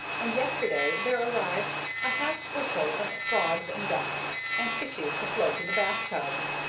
and yesterday there arrived a half-bushel of frogs and ducks and fishes to float in the bathtubs.